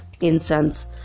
incense